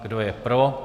Kdo je pro?